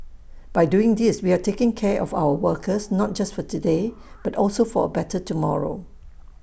by doing these we are taking care of our workers not just for today but also for A better tomorrow